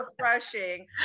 refreshing